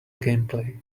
gameplay